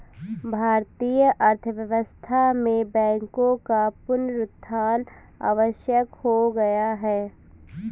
भारतीय अर्थव्यवस्था में बैंकों का पुनरुत्थान आवश्यक हो गया है